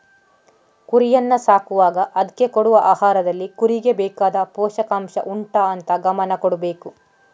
ಕುರಿಯನ್ನ ಸಾಕುವಾಗ ಅದ್ಕೆ ಕೊಡುವ ಆಹಾರದಲ್ಲಿ ಕುರಿಗೆ ಬೇಕಾದ ಪೋಷಕಾಂಷ ಉಂಟಾ ಅಂತ ಗಮನ ಕೊಡ್ಬೇಕು